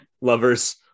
lovers